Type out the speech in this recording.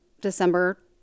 December